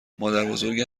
مادربزرگ